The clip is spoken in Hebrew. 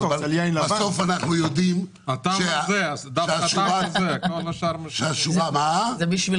בסוף אנחנו יודעים שהתשובה --- מה אתה רוצה,